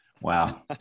Wow